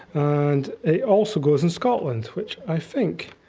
and it also grows in scotland which, i think,